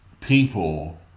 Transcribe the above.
people